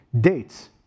dates